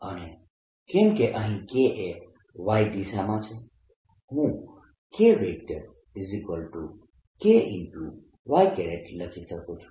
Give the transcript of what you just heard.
અને કેમ કે અહીં K એ Y દિશામાં છે હું KK y લખી શકું છું